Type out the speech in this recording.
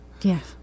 Yes